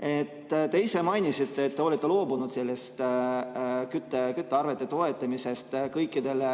Te ise mainisite, et te olete loobunud sellest küttearvete toetamisest kõikidele